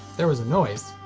there was a noise.